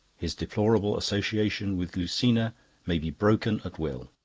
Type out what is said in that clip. his deplorable associations with lucina may be broken at will.